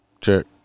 check